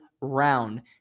round